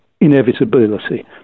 inevitability